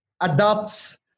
adopts